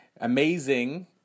amazing